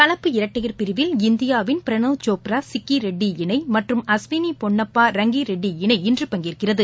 கலப்பு இரட்டையர் பிரிவில் இந்தியாவின் பிரனவ் சோப்ரா சிக்கிரெட்டி இணைமற்றும் அஸ்வினிபொன்னப்பா ரங்கிரெட்டி இணை இன்று பங்கேற்கிறது